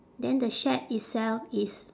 then the shack itself is